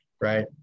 right